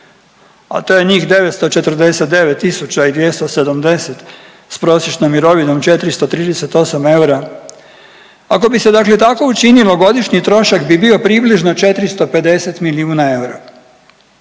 a to je njih 949270 sa prosječnom mirovinom 438 eura, ako bi se dakle tako učinilo godišnji trošak bi bio približno 450 milijuna eura.